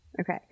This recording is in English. Okay